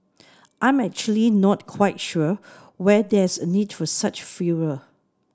I'm actually not quite sure why there's a need for such furor